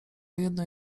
jedno